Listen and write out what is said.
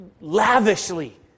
Lavishly